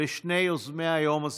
ולשני יוזמי היום הזה,